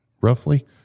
roughly